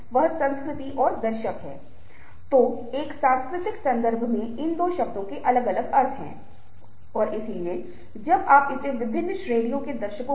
soft skills में अच्छा होने के लिए दूसरों की भावनाओं को समझने के लिए संचार के नॉन वर्बल पहलुओं पर ध्यान देना बहुत प्रासंगिक है